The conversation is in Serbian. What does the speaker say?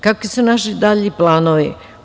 Kakvi su naši dalji planovi?